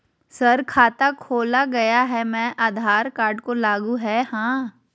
Sir खाता खोला गया मैं आधार कार्ड को लागू है हां?